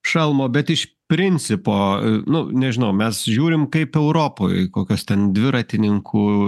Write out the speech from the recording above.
šalmo bet iš principo nu nežinau mes žiūrim kaip europoj kokios ten dviratininkų